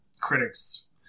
critics